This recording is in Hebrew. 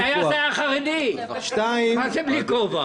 הטייס היה חרדי, מה זה בלי כובע?